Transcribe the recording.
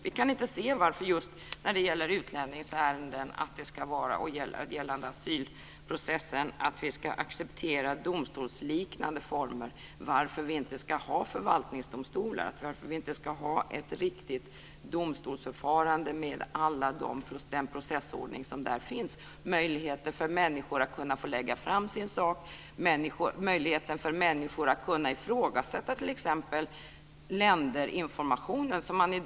Vi kan inte se varför vi just när det gäller utlänningsärendena och asylprocessen ska acceptera domstolsliknande former och varför vi inte ska ha förvaltningsdomstolar och ett riktigt domstolsförfarande med den processordning som där finns. Det handlar om möjligheten för människor att få lägga fram sin sak och möjligheten för människor att kunna ifrågasätta t.ex. informationen om länderna.